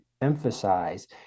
emphasize